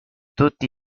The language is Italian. tutti